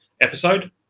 episode